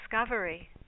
discovery